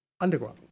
underground